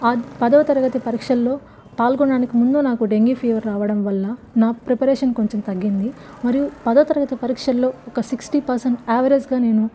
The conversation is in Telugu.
పదవ తరగతి పరీక్షల్లో పాల్గొనడానికి ముందు నాకు డెంగ్యూ ఫీవర్ రావడం వల్ల నా ప్రిపరేషన్ కొంచెం తగ్గింది మరియు పదో తరగతి పరీక్షల్లో ఒక సిక్స్టీ పర్సెంట్ యావరేజ్గా నేను